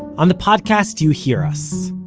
on the podcast you hear us,